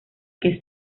que